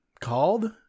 called